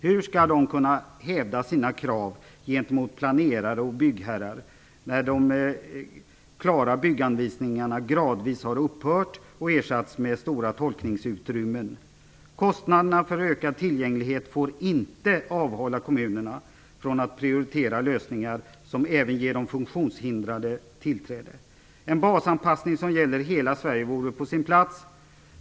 Hur skall de kunna hävda sina krav gentemot planerare och byggherrar när de klara bygganvisningarna gradvis har upphört och ersatts med stora tolkningsutrymmen? Kostnaderna för ökad tillgänglighet får inte avhålla kommunerna från att prioritera lösningar som även ger de funktionshindrade tillträde. En basanpassning som gäller hela Sverige vore på sin plats.